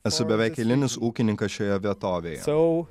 esu beveik eilinis ūkininkas šioje vietovėje sau